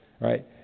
right